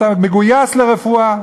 אתה מגויס לרפואה,